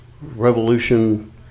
Revolution